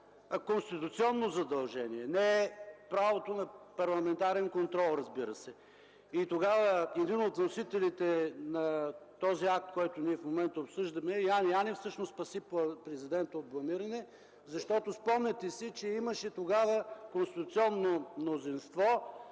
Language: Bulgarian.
конституционно задължение, не в правото на парламентарен контрол, разбира се. И тогава един от вносителите на този акт, който ние в момента обсъждаме, Яне Янев всъщност спаси президента от бламиране. Спомняте си, че имаше тогава конституционно мнозинство